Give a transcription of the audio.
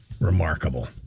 Remarkable